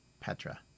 Petra